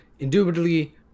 indubitably